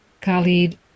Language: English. Khalid